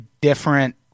different